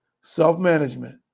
self-management